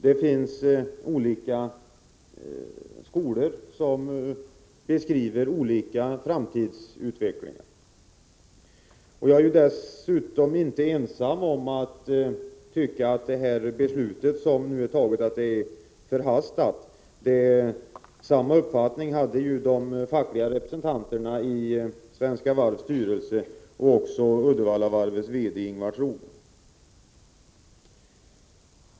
Det finns olika skolor som beskriver olika framtidsutvecklingar. Jag är dessutom inte ensam om att tycka att det beslut som nu är fattat är förhastat. Samma uppfattning hade de fackliga representanterna i Svenska Varvs styrelse och Uddevallavarvets VD Ingvar Trogen.